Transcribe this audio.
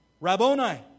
Rabboni